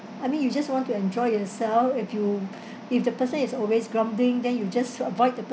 I mean you just want to enjoy yourself if you if the person is always grumbling then you just avoid